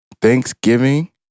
Thanksgiving